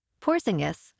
Porzingis